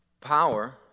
power